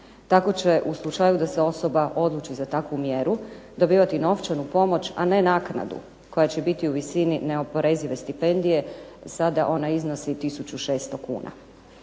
Tako će u slučaju da se osoba odluči za takvu mjeru dobivati novčanu pomoć, a ne naknadu koja će biti u visini neoporezive stipendije, sada ona iznosi tisuću 600 kuna.